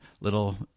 little